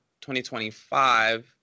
2025